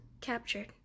captured